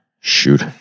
shoot